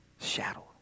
shadow